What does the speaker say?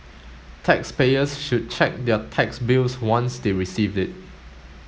taxpayers should check their tax bills once they receive it